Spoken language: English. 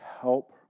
help